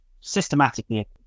systematically